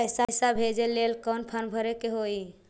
पैसा भेजे लेल कौन फार्म भरे के होई?